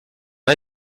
hay